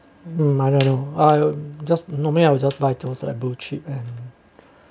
um I don't know I'll just normally I will just buy those are cheap and